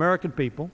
american people